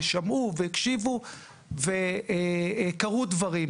שמע והקשיבו וקרו דברים.